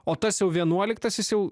o tas jau vienuoliktasis jau